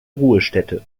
ruhestätte